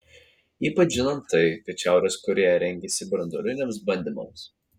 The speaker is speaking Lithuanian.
ypač žinant tai kad šiaurės korėja rengiasi branduoliniams bandymams